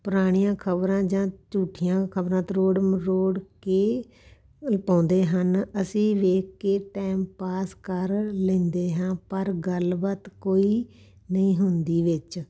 ਪੁਰਾਣੀਆਂ ਖ਼ਬਰਾਂ ਜਾਂ ਝੂਠੀਆਂ ਖ਼ਬਰਾਂ ਤਰੋੜ ਮਰੋੜ ਕੇ ਅ ਪਾਉਂਦੇ ਹਨ ਅਸੀਂ ਵੇਖ ਕੇ ਟਾਈਮ ਪਾਸ ਕਰ ਲੈਂਦੇ ਹਾਂ ਪਰ ਗੱਲਬਾਤ ਕੋਈ ਨਹੀਂ ਹੁੰਦੀ ਵਿੱਚ